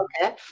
Okay